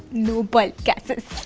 noble but gases.